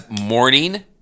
morning